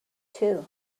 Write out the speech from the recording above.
too